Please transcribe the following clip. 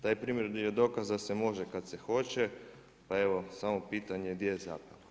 Taj primjer je bio dokaz da se može kad se hoće, pa evo samo pitanje, gdje je zapelo?